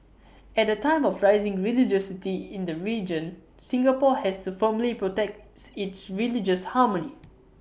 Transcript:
at A time of rising religiosity in the region Singapore has to firmly protect its religious harmony